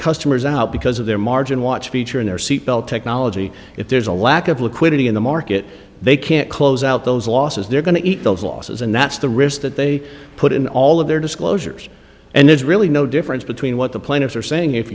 customers out because of their margin watch feature in their seat belt technology if there's a lack of liquidity in the market they can't close out those losses they're going to eat those losses and that's the risk that they put in all of their disclosures and there's really no difference between what the plaintiffs are saying if